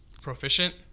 proficient